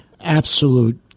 absolute